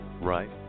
right